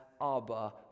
Abba